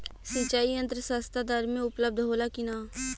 सिंचाई यंत्र सस्ता दर में उपलब्ध होला कि न?